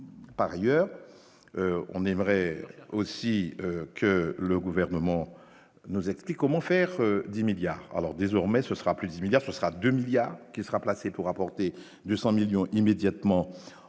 par ailleurs, on aimerait aussi que le gouvernement nous explique comment faire 10 milliards alors désormais, ce sera plus 10 milliards, ce sera 2 milliards qui sera placé pour apporter 200 millions immédiatement